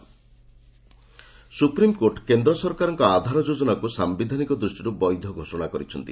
SC Aadhaar supreme court କେନ୍ଦ୍ର ସରକାରଙ୍କ ଆଧାର ଯୋଜନାକୁ ସାୟିଧାନିକ ଦୃଷ୍ଟିରୁ ବୈଧ ଘୋଷଣା କରିଛନ୍ତି